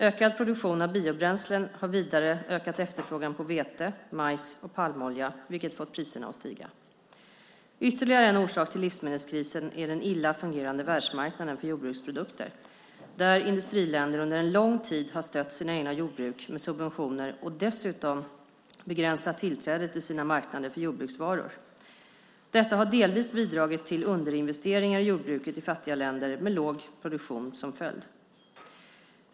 Ökad produktion av biobränslen har vidare ökat efterfrågan på vete, majs och palmolja, vilket fått priserna att stiga. Ytterligare en orsak till livsmedelskrisen är den illa fungerande världsmarknaden för jordbruksprodukter där industriländer under en lång tid har stött sina egna jordbruk med subventioner och dessutom begränsat tillträdet till sina marknader för jordbruksvaror. Detta har delvis bidragit till underinvesteringar i jordbruket i fattiga länder med låg produktion som följd.